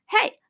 Hey